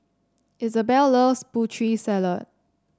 Isabell loves Putri Salad